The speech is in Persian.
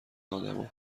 آدما